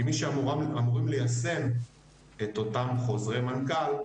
כי מי שאמורים ליישם את אותם חוזרי מנכ"ל,